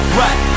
right